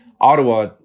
Ottawa